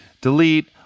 delete